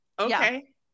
Okay